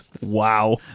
Wow